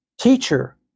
teacher